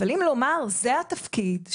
אבל אם לומר זה התפקיד,